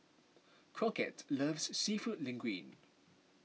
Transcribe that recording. Crockett loves Seafood Linguine